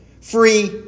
Free